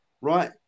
right